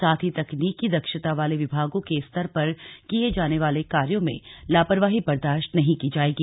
साथ ही तकनीकि दक्षता वाले विभागों के स्तर पर किये जाने वाले कार्यो में लापरवाही बर्दाश्त नहीं की जायेगी